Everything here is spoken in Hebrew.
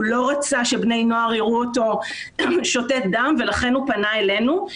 הוא לא רצה שבני הנוער יראו אותו שותת דם ולכן הוא פנה אלינו.